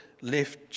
left